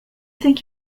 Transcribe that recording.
think